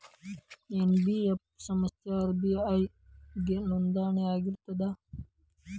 NBF ಸಂಸ್ಥಾ RBI ಗೆ ನೋಂದಣಿ ಆಗಿರ್ತದಾ?